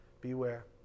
Beware